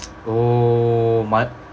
oh mat~